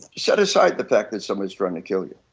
set aside the fact that somebody is trying to kill you,